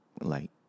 light